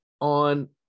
on